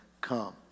come